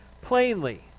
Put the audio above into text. plainly